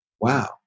wow